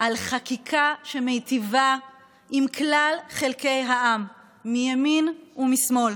על חקיקה שמיטיבה עם כלל חלקי העם, מימין ומשמאל,